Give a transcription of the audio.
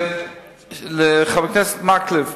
לחבר הכנסת מקלב,